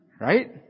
Right